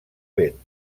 vent